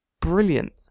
brilliant